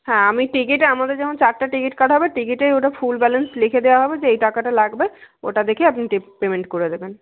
হ্যাঁ আমি টিকিট আপনাদের যেমন চারটে টিকিট কাটা হবে টিকিটেই ওটার ফুল ব্যালেন্স লিখে দেওয়া হবে যে এই টাকাটা লাগবে ওটা দেখেই আপনি পেমেন্ট করে দেবেন